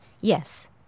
Yes